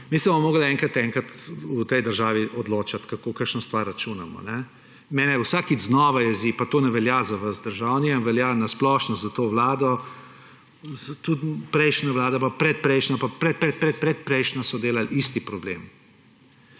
Mi se bomo morali enkrat v tej državi odločiti, kako kakšno stvar računamo. Mene vsakič znova jezi, pa to ne velja za vas, državni, velja na splošno za to vlado, tudi prejšnjo vlado, predprejšnjo pa predpredpredpredprejšnjo so delali isti problem.